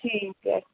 ਠੀਕ ਹੈ